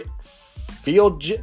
field